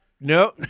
No